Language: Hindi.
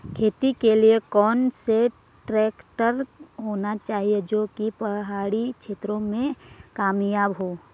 खेती के लिए कौन सा ट्रैक्टर होना चाहिए जो की पहाड़ी क्षेत्रों में कामयाब हो?